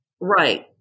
Right